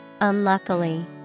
unluckily